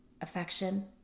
affection